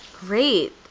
Great